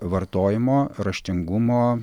vartojimo raštingumo